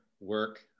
work